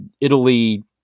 Italy